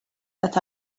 that